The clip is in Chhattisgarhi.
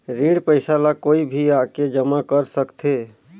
ऋण पईसा ला कोई भी आके जमा कर सकथे?